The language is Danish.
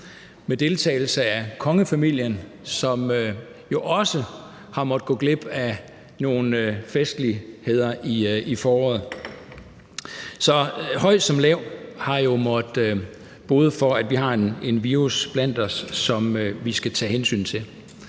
med deltagelse af kongefamilien, som jo også har måttet gå glip af nogle festligheder i foråret. Høj som lav har måttet bøde for, at vi har en virus blandt os, som vi skal tage hensyn til.